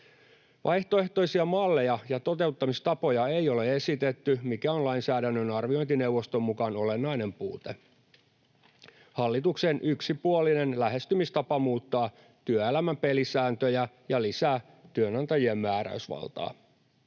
Vaihtoehtoisia malleja ja toteuttamistapoja ei ole esitetty, mikä on lainsäädännön arviointineuvoston mukaan olennainen puute. Hallituksen yksipuolinen lähestymistapa muuttaa työelämän pelisääntöjä ja lisää työnantajien määräysvaltaa.